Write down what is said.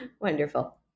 Wonderful